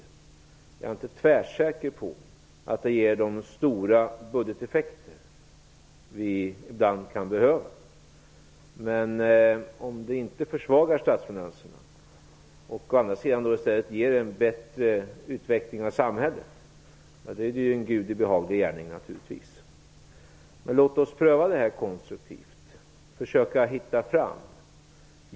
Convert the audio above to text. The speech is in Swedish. Jag är inte tvärsäker på att det ger de stora budgeteffekter som vi ibland kan behöva. Men om det inte försvagar statsfinanserna utan i stället ger en bättre utveckling av samhället är det naturligtvis en Gudi behaglig gärning. Låt oss pröva det här konstruktivt, försöka hitta fram.